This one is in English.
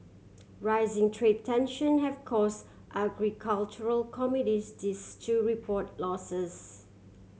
rising trade tension have cause agricultural report losses